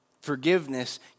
Forgiveness